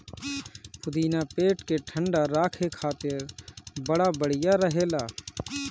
पुदीना पेट के ठंडा राखे खातिर बड़ा बढ़िया रहेला